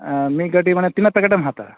ᱢᱤᱫ ᱠᱟᱹᱴᱤᱡ ᱢᱟᱱᱮ ᱛᱤᱱᱟᱹᱜ ᱯᱮᱠᱮᱴᱮᱢ ᱦᱟᱛᱟᱣᱟ